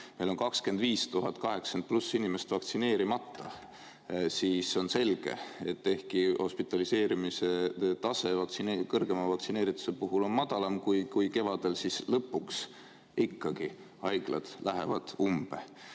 meil on 25 000 80+ inimest vaktsineerimata, siis on selge, et ehkki hospitaliseerimise tase kõrgema vaktsineerituse tõttu on madalam kui kevadel, siis lõpuks lähevad ikkagi haiglad umbe.